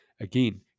Again